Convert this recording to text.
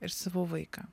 ir savo vaiką